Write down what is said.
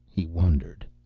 he wondered.